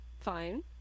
fine